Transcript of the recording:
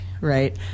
right